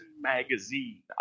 Magazine